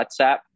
WhatsApp